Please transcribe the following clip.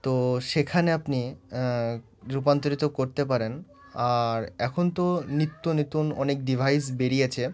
তো সেখানে আপনি রূপান্তরিত করতে পারেন আর এখন তো নিত্য নিতুন অনেক ডিভাইস বেরিয়েছে